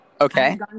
Okay